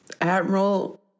Admiral